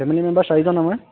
family member চাৰিজন আমাৰ